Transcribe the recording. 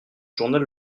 journal